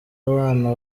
abana